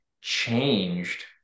changed